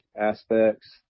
aspects –